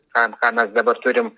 ką ką mes dabar turim